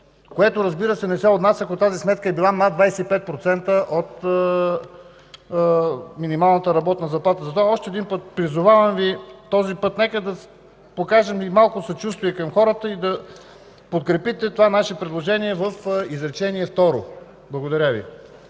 което, разбира се, не се отнася, ако тази сметка е била над 25% от минималната работна заплата. Призовавам Ви още веднъж: нека да покажем малко съчувствие към хората и да подкрепите това наше предложение в изречение второ. Благодаря Ви.